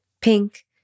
Pink